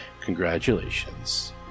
Congratulations